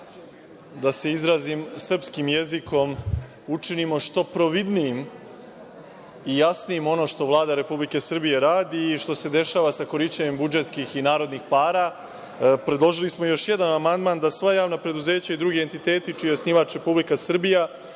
da se izrazim srpskim jezikom, da učinimo što providnijim i jasnijim ono što Vlada Republike Srbije radi i što se dešava sa korišćenjem budžetskih i narodnih para, predložili smo još jedan amandman, da sva „javna preduzeća i drugi entiteti čiji je osnivač Republika Srbija,